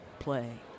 play